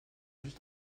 vie